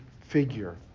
figure